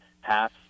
half